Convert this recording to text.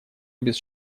без